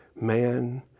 man